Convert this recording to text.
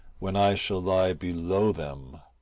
when i shall lie below them,